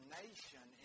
nation